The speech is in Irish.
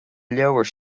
leabhair